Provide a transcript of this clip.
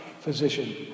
physician